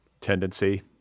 tendency